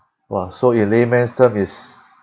!wah! so you layman's term is